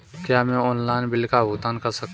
क्या मैं online bill का भुगतान कर सकता हूँ?